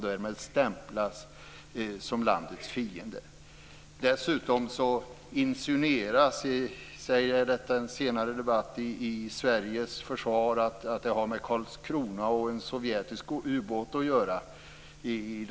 Därmed stämplas han som landets fiende. Den svenska statens försvar är att detta har med Karlskrona och en sovjetisk ubåt att göra.